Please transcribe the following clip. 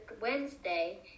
Wednesday